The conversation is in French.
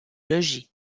logis